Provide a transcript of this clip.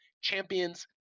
Champions